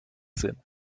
sinn